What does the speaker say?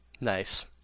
Nice